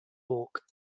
hawk